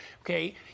okay